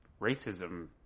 racism